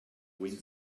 wind